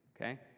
Okay